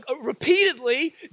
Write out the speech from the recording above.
Repeatedly